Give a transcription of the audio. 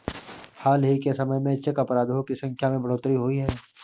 हाल ही के समय में चेक अपराधों की संख्या में बढ़ोतरी हुई है